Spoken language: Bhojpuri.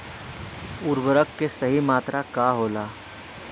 उर्वरक के सही मात्रा का होला?